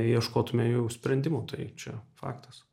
ieškotume jau sprendimų tai čia faktas